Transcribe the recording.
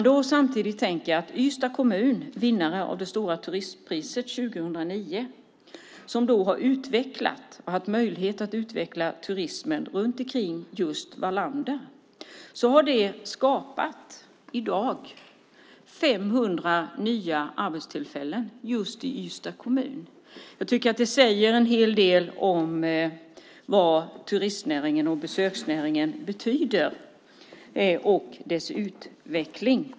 Ystads kommun, vinnare av det stora turistpriset 2009, har utvecklat turismen just kring Wallander. Det har i dag skapat 500 nya arbetstillfällen i Ystads kommun. Jag tycker att det säger en hel del om vad utvecklingen av turistnäringen och besöksnäringen betyder.